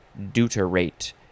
deuterate